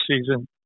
season